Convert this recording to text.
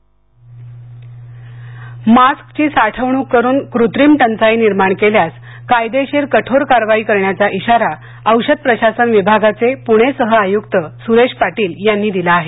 मास्कची साठवण्रक करून कृत्रिम टंचाई निर्माण केल्यास कायदेशीर कठोर कारवाई करण्याचा इशारा औषध प्रशासन विभागाचे पुणे सह आयुक्त सुरेश पाटील यांनी दिला आहे